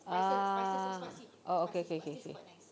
ah oh okay okay okay okay